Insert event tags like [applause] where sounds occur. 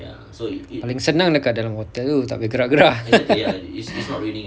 paling senang dekat dalam hotel tu tak boleh gerak-gerak [laughs]